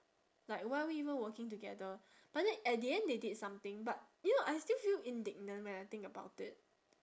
like why are we even working together but then at the end they did something but you know I still feel indignant when I think about it